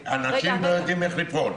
אנשים לא יודעים איך לפעול.